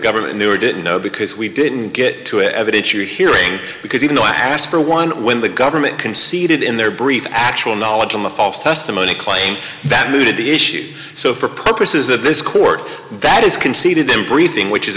government knew or didn't know because we didn't get to evidence or hearings because even though i asked for one when the government conceded in their brief actual knowledge of the false testimony claim that mooted the issue so for purposes of this court that is conceded the briefing which is